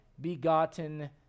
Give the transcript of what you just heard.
begotten